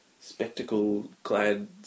spectacle-clad